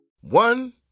One